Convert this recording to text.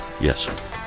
Yes